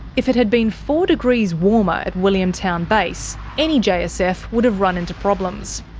if it had been four degrees warmer at williamtown base, any jsf would have run into problems.